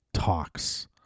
talks